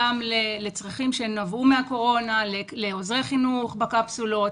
גם לצרכים שנבעו מהקורונה לעוזרי חינוך בקפסולות,